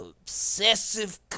obsessive